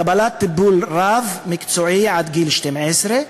קבלת טיפול רב-מקצועי עד גיל 12,